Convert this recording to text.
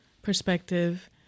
perspective